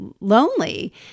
lonely